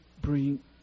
bring